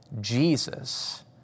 Jesus